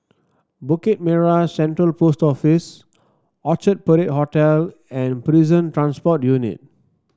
Bukit Merah Central Post Office Orchard Parade Hotel and Prison Transport Unit